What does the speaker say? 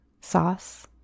sauce